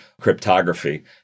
cryptography